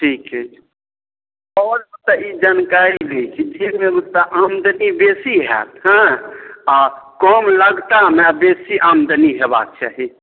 ठीक ठीक आओर तऽ ई जानकारि लै छी जाहिमे आमदनी बेसी होयत हेँ आ कम लगतामे बेसी आमदनी हेबाके चाही